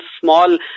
small